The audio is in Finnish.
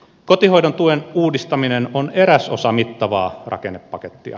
kotihoidon tuen uudistaminen on eräs osa mittavaa rakennepakettia